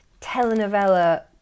telenovela